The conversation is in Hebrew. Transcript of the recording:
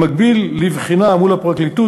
במקביל לבחינה מול הפרקליטות,